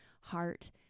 heart